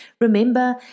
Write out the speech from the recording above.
Remember